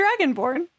dragonborn